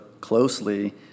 closely